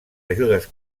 ajudes